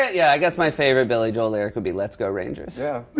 yeah, i guess my favorite billy joel lyric would be, let's go, rangers. yeah,